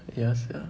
ya sia